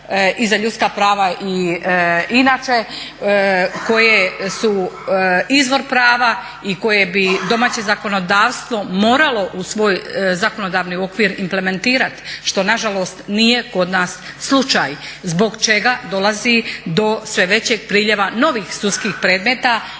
i za ljudska prava i inače koje su izvor prava i koje bi domaće zakonodavstvo moralo u svoj zakonodavni okvir implementirati što nažalost nije kod nas slučaj zbog čega dolazi do sve većeg prilijeva novih sudskih predmeta